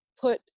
put